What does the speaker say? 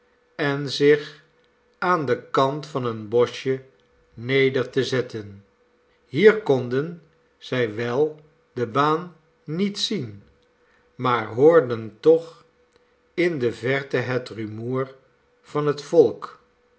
en zich aan den kant van een boschje neder te zetten hier konden zij wel de baan niet zien maar hoorden toch in de verte het rumoer van het volk